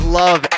love